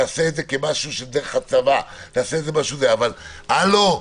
תעשה את זה כמשהו דרך הצבא, אבל הלו,